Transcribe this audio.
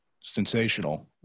sensational